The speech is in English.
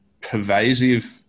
pervasive